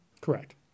Correct